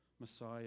Messiah